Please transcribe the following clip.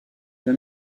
d’un